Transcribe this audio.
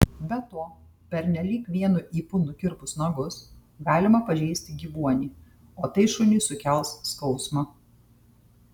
be to pernelyg vienu ypu nukirpus nagus galima pažeisti gyvuonį o tai šuniui sukels skausmą